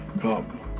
Come